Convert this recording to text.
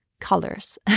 colors